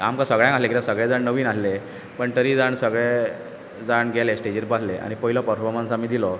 आमकां सगळ्यांक आसले कित्याक सगळे जाण नवीन आसले पूण तरी जाण सगळे जाण गेले स्टॅजीर बसले आनी पयलो पर्फोर्मन्स आमी दिलो